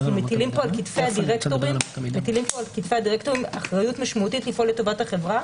אנחנו מטילים פה על כתפי הדירקטורים אחריות משמעותית לפעול לטובת החברה,